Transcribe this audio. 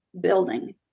building